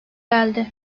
geldi